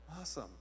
Awesome